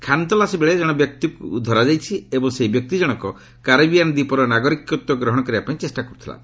ଖାନତଲାସୀ ବେଳେ ଜଣେ ବ୍ୟକ୍ତିକୁ ଧରା ଯାଇଛି ଏବଂ ସେହି ବ୍ୟକ୍ତି ଜଣକ କାରବିୟାନ୍ ଦ୍ୱୀପର ନାଗରିକତ୍ୱ ଗ୍ରହଣ କରିବା ପାଇଁ ଚେଷ୍ଟା କର୍ତ୍ତିଲା